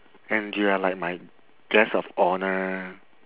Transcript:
and you are like my guest of honour